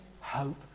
hope